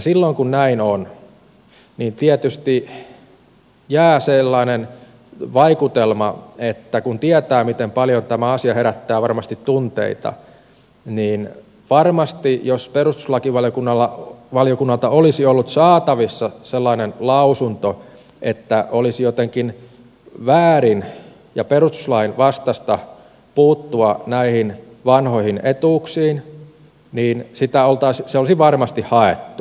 silloin kun näin on niin tietysti jää sellainen vaikutelma että kun tietää miten paljon tämä asia herättää tunteita niin varmasti jos perustuslakivaliokunnalta olisi ollut saatavissa sellainen lausunto että olisi jotenkin väärin ja perustuslain vastaista puuttua näihin vanhoihin etuuksiin niin se olisi varmasti haettu uskon näin